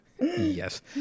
Yes